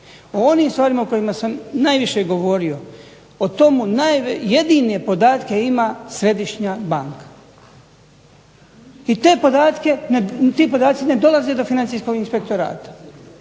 O onim stvarima o kojima sam najviše govorio, o tomu jedine podatke ima Središnja banka i ti podaci ne dolaze do Financijskog inspektorata.